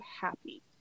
happy